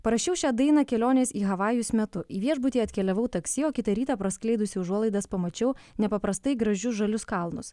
parašiau šią dainą kelionės į havajus metu į viešbutį atkeliavau taksi o kitą rytą praskleidusi užuolaidas pamačiau nepaprastai gražius žalius kalnus